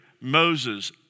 Moses